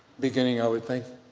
beginning i would think,